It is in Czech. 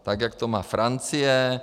Tak jak to má Francie.